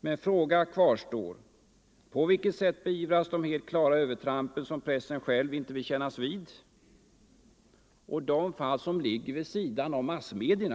Men frågan kvarstår: På vilket sätt beivras de helt klara övertrampen, som pressen själv inte vill kännas vid, och de fall som ligger vid sidan av massmedierna?